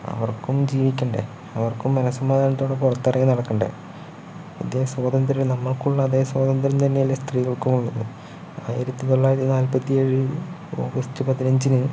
അവർക്കും ജീവിക്കണ്ടേ അവർക്കും മനസമാധാനത്തോടെ പുറത്തിറങ്ങി നടക്കണ്ടേ അതേ സ്വാതന്ത്ര്യം നമുക്കുള്ള അതേ സ്വാതന്ത്രം തന്നെയല്ലേ സ്ത്രീകൾക്കുമുള്ളത് ആയിരത്തി തൊള്ളായിരത്തി നാൽപ്പത്തിയേഴ് ഓഗസ്റ്റ് പതിനഞ്ചിന്